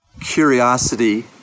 Curiosity